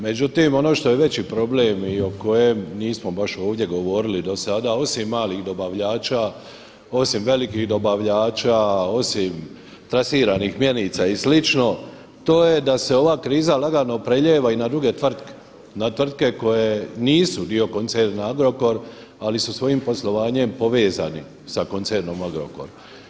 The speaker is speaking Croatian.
Međutim, ono što je veći problem i o kojem nismo baš ovdje govorili do sada osim malih dobavljača, osim velikih dobavljača, osim trasiranih mjenica i slično to je da se ova kriza lagano prelijeva i na druge tvrtke, na tvrtke koje nisu dio koncern Agrokor ali su svojim poslovanjem povezani sa koncernom Agrokor.